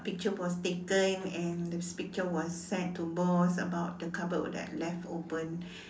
picture was taken and the picture was sent to boss about the cupboard that I left open